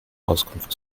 auskunft